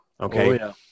Okay